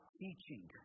teaching